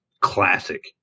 classic